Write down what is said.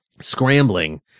scrambling